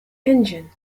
engine